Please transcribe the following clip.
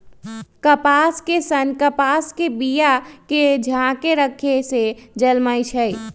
कपास के सन्न कपास के बिया के झाकेँ रक्खे से जलमइ छइ